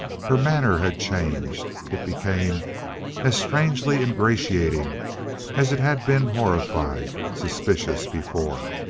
her manner had changed. it became as strangely ingratiating as it had been horrified, suspicious, before.